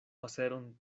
paseron